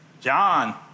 John